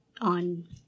on